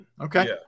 Okay